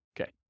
Okay